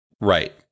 Right